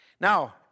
Now